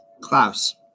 Klaus